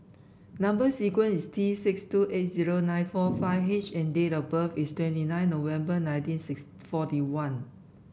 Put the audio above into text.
number sequence is T six two eight zero nine four five H and date of birth is twenty nine November nineteen six forty one